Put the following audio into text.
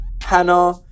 hannah